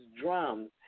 drums